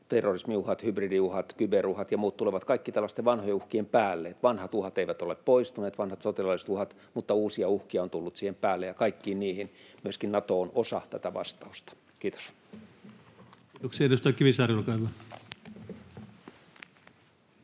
terrorismiuhat, hybridiuhat, kyberuhat ja muut — tulevat kaikki tällaisten vanhojen uhkien päälle. Vanhat uhat eivät ole poistuneet, vanhat sotilaalliset uhat, mutta uusia uhkia on tullut siihen päälle, ja kaikkiin niihin myöskin Nato on osa vastausta. — Kiitos. Kiitoksia. — Edustaja Kivisaari, olkaa hyvä.